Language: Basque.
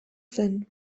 zen